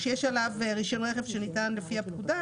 כשיש עליו רישיון רכב שניתן לפי הפקודה,